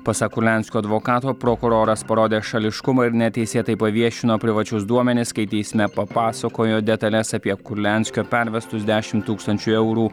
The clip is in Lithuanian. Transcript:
pasak kurlianskio advokato prokuroras parodė šališkumą ir neteisėtai paviešino privačius duomenis kai teisme papasakojo detales apie kurlianskio pervestus dešimt tūkstančių eurų